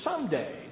someday